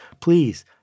please